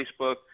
Facebook